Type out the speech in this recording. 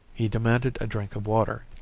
he demanded a drink of water.